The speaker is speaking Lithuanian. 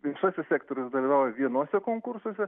viešasis sektorius dalyvauja vienuose konkursuose